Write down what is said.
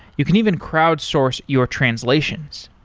you can even crowd source your translations.